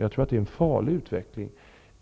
Jag tror att det är en farlig utveckling.